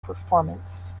performance